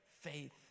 Faith